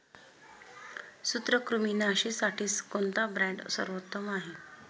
सूत्रकृमिनाशीसाठी कोणता ब्रँड सर्वोत्तम आहे?